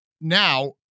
Now